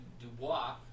Dubois